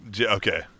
Okay